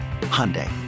Hyundai